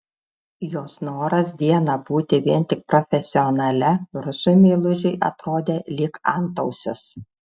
jos noras dieną būti vien tik profesionale rusui meilužiui atrodė lyg antausis